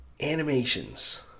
animations